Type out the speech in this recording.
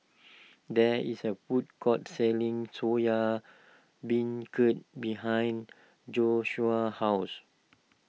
there is a food court selling Soya Beancurd behind Joshuah's house